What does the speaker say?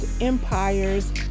empires